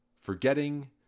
forgetting